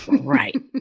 Right